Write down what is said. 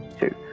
Two